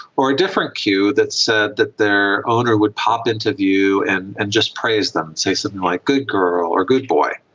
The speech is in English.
or a different cue that said that their owner would pop interview and and just praise them, say something like, good girl or good boy.